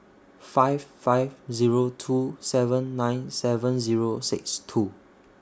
five five Zero two seven nine seven Zero six two